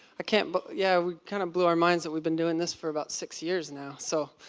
ah kinna but yeah kind of blew our minds that we've been doing this for about six years now. so,